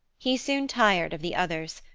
he soon tired of the others,